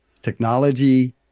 Technology